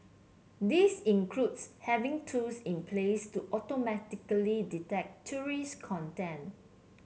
this includes having tools in place to automatically detect terrorist content